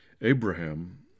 Abraham